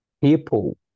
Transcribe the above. people